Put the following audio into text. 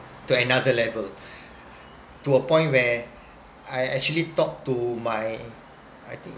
to another level to a point where I actually talked to my